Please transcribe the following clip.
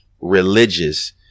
religious